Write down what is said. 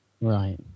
Right